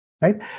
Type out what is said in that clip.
Right